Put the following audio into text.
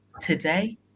today